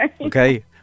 Okay